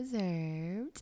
reserved